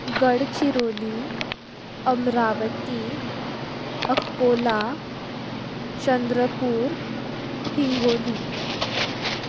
Gadchiroli Amravati Akola Chandrapur Hingoli